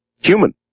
human